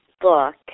book